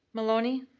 maloney?